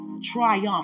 Triumph